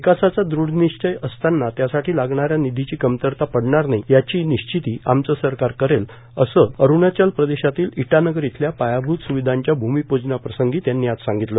विकासाचा दृढनिष्चय असताना त्यासाठी लागणा या निधीची कमतरता पडणार नाही याची निश्चिती आमचं सरकार करेल असं अरूणाचल प्रदेशातील ईटानगर इथल्या पायाभूत सुविधांच्या भूमिपूजना प्रसंगी त्यांनी आज सांगितल